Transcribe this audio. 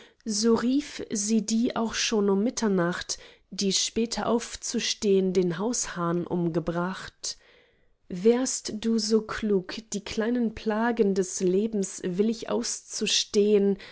so rief sie die auch schon um mitternacht die später aufzustehn den haushahn umgebracht wärst du so klug die kleinen plagen des lebens willig auszustehn